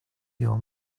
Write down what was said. your